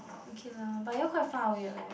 okay lah but then you all quite far away right